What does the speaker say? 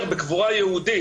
בקבורה יהודית,